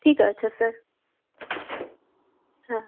ঠিক আছে স্যার হ্যাঁ